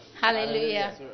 Hallelujah